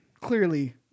clearly